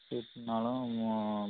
நாலும்